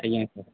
ଆଜ୍ଞା ସାର୍